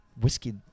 whiskey